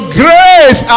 grace